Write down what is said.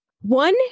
One